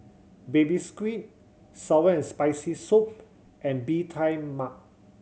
Baby Squid sour and Spicy Soup and Bee Tai Mak